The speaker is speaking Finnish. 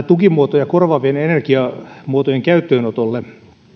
tukimuotoja korvaavien energiamuotojen käyttöönotolle